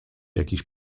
jakiś